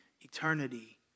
eternity